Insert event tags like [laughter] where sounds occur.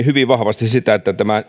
[unintelligible] hyvin vahvasti sitä että tämä